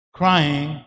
crying